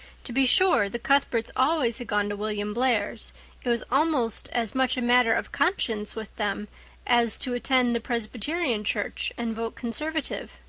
to be sure, the cuthberts always had gone to william blair's it was almost as much a matter of conscience with them as to attend the presbyterian church and vote conservative.